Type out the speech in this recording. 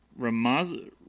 Ramaz